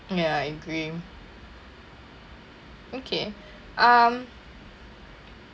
ya I agree okay um